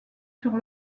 sur